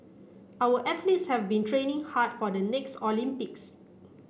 our athletes have been training hard for the next Olympics